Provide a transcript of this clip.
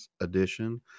edition